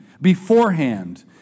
beforehand